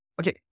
Okay